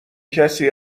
کسی